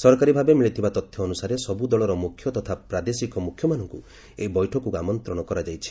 ସରକାରୀ ଭାବେ ମିଳିଥିବା ତଥ୍ୟ ଅନୁସାରେ ସବୁ ଦଳର ମୁଖ୍ୟ ତଥା ପ୍ରାଦେଶିକ ମୁଖ୍ୟମାନଙ୍କୁ ଏହି ବୈଠକକୁ ଆମନ୍ତ୍ରଣ କରାଯାଇଛି